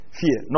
fear